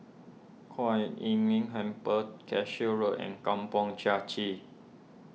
Kuan Im Tng Temple Cashew Road and Kampong Chai Chee